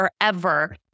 forever